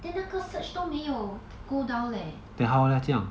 then 那个 surge 都没有 go down leh